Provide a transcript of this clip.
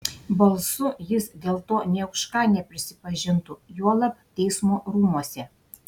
balsu jis dėl to nė už ką neprisipažintų juolab teismo rūmuose